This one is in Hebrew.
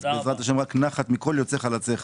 בעז"ה שתרווה נחת מכל יוצאי חלציך.